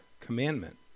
commandment